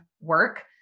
work